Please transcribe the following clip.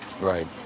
Right